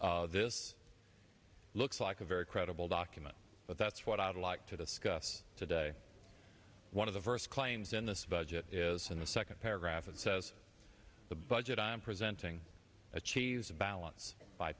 pages this looks like a very credible document but that's what i'd like to discuss today one of the first claims in this budget is in the second paragraph it says the budget i am presenting a cheese balance by